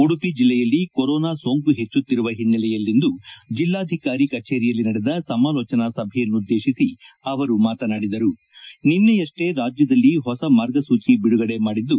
ಉಡುಪಿ ಜಲ್ಲೆಯಲ್ಲಿ ಕೊರೊನಾ ಸೋಂಕು ಹೆಚ್ಚುಕ್ತಿರುವ ಹಿನ್ನೆಲೆಯಲ್ಲಿಂದು ಜಲ್ಲಾಧಿಕಾರಿ ಕಚೇರಿಯಲ್ಲಿ ನಡೆದ ಸಮಾಲೋಚನಾ ಸಭೆಯನ್ನುದ್ದೇಶಿಸಿ ಅವರು ಮಾತನಾಡಿದರು ನಿನ್ನೆಯಷ್ಟೇ ರಾಜ್ಯದಲ್ಲಿ ಹೊಸ ಮಾರ್ಗಸೂಚಿ ಬಿಡುಗಡೆ ಮಾಡಿದ್ದು